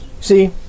See